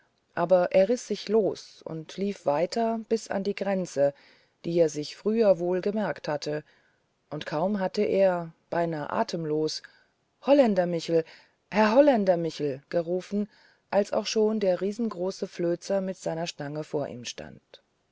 aber er riß sich los und lief weiter bis an die grenze die er sich früher wohl gemerkt hatte und kaum hatte er beinahe atemlos holländer michel herr holländer michel gerufen als auch schon der riesengroße flözer mit seiner stange vor ihm stand